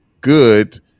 good